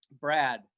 Brad